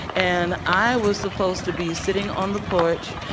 and i was supposed to be sitting on the porch,